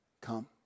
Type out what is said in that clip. Come